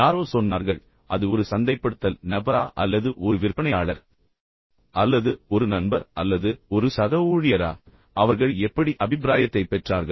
யாரோ சொன்னார்கள் அவர்கள் எப்படி சொன்னார்கள் அது ஒரு சந்தைப்படுத்தல் நபரா அல்லது ஒரு விற்பனையாளர் அல்லது ஒரு நண்பர் அல்லது ஒரு சக ஊழியரா அவர்கள் எப்படி அபிப்ராயத்தைப் பெற்றார்கள்